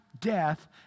death